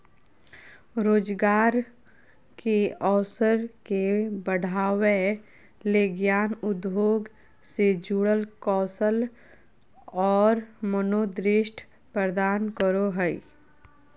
रोजगार के अवसर के बढ़ावय ले ज्ञान उद्योग से जुड़ल कौशल और मनोदृष्टि प्रदान करो हइ